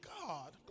God